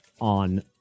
on